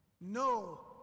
No